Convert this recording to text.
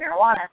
marijuana